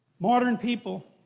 modern people,